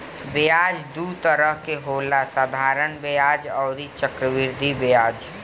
ब्याज दू तरह के होला साधारण ब्याज अउरी चक्रवृद्धि ब्याज